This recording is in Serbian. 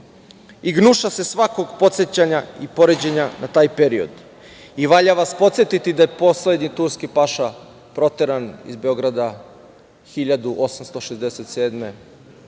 i gnušaju se svakog podsećanja i poređenja na taj period. Valja vas podsetiti da je poslednji turski paša proteran iz Beograda 1867. godine,